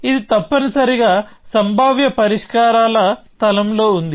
ఇది తప్పనిసరిగా సంభావ్య పరిష్కారాల స్థలంలో ఉంది